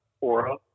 aura